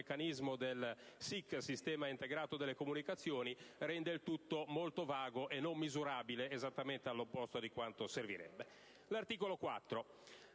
L'articolo 4